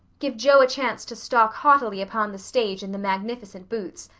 give jo a chance to stalk haughtily upon the stage in the magnificent boots,